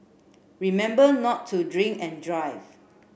remember not to drink and drive